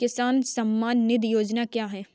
किसान सम्मान निधि योजना क्या है?